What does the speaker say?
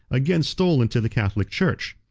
again stole into the catholic church.